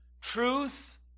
Truth